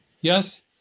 yes